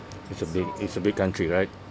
it's a big it's a big country right